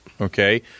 okay